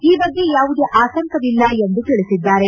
ಈ ಬಗ್ಗೆ ಯಾವುದೇ ಆತಂಕವಿಲ್ಲ ಎಂದು ತಿಳಿಸಿದ್ದಾರೆ